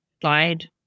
slide